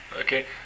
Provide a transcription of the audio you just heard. Okay